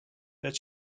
that